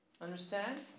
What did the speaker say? Understand